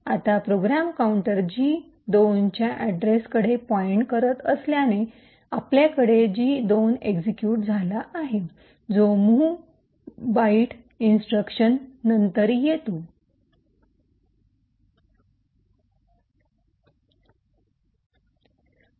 आता program counter G 2 च्या अड्रेसकडे पॉइन्ट करत असल्याने आपल्याकडे जी 2 एक्सिक्यूट झाला आहे जो मूव्ह बाईट इंस्ट्रक्शन नंतर रिटर्न येतो